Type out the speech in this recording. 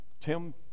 Tim